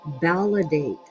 validate